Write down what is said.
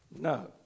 No